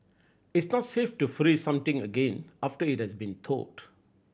it's not safe to freeze something again after it has been thawed